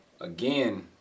again